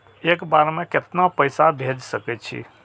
एक बार में केतना पैसा भेज सके छी?